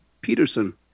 Peterson